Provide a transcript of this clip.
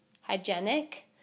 hygienic